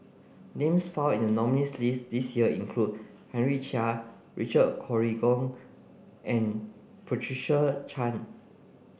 names found in the nominees' list this year include Henry Chia Richard Corridon and Patricia Chan